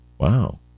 Wow